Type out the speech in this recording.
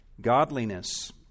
godliness